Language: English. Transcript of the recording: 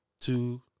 two